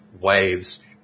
waves